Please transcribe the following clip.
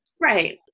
Right